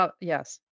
Yes